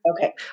Okay